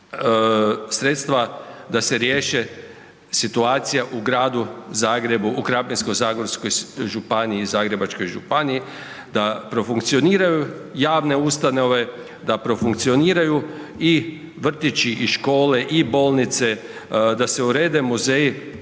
sredstva da se riješe situacija u Gradu Zagrebu u Krapinsko-zagorskoj županiji i Zagrebačkoj županiji da profunkcioniraju javne ustanove, da profunkcioniraju i vrtići i škole i bolnice, da se urede muzeji